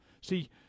See